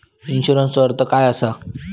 इन्शुरन्सचो अर्थ काय असा?